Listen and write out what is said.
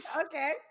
Okay